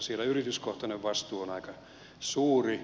siellä yrityskohtainen vastuu on aika suuri